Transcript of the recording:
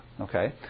Okay